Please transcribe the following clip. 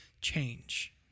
change